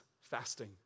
fasting